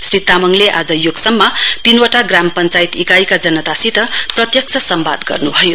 श्री तामङले आज योक्सममा तीनवटा ग्राम पञ्चायत इकाइका जनतासित प्रत्यक्ष सम्वाद गर्नुभयो